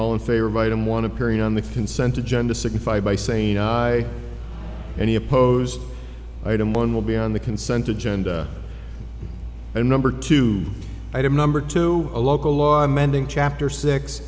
all in favor of item one appearing on the consent agenda signify by saying i any oppose item one will be on the consent agenda and number two item number two a local law amending chapter six